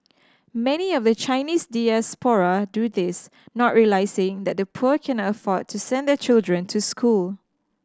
many of the Chinese diaspora do this not realising that the poor cannot afford to send their children to school